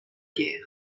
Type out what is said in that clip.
guerre